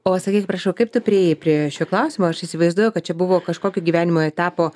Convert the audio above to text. o sakykit prašau kaip tu priėjai prie šio klausimo aš įsivaizduoju kad čia buvo kažkokio gyvenimo etapo